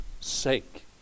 sake